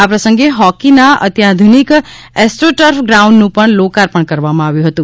આ પ્રસંગે હોકીના અત્યાધુનિક એસ્ટોટર્ફ ગ્રાઉન્ડનુ પણ લોકાપર્ણ કરવામાં આવ્યુ હતુ